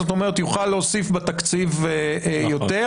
זאת אומרת יוכל להוסיף בתקציב יותר.